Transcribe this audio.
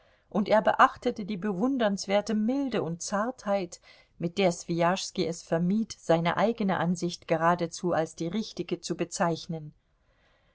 und er beachtete die bewundernswerte milde und zartheit mit der swijaschski es vermied seine eigene ansicht geradezu als die richtige zu bezeichnen